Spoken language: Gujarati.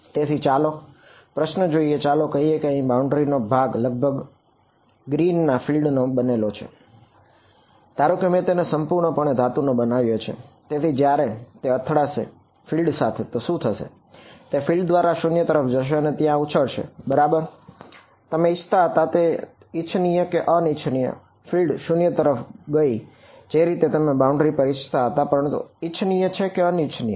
તેથી ચાલો પ્રશ્ન જોઈએ ચાલો કહીએ કે અહીં આ બાઉન્ડ્રી પર ઇચ્છતા હતા પરંતુ તે ઇચ્છનીય છે કે અનિચ્છનીય